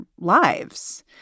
lives